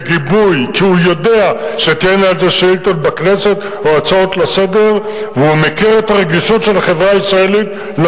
אצלנו עובדי קבלן, הפכה, בחברה הישראלית,